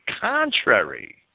contrary